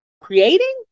creating